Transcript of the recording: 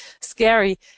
scary